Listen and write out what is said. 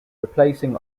replacing